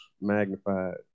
Magnified